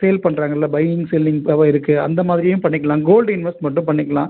sale பண்ணுறாங்க இல்லை buying செல்லிங்காக இருக்கு அந்த மாதிரியும் பண்ணிக்கலாம் கோல்ட் இன்வெஸ்ட்மெண்ட்டும் பண்ணிக்கலாம்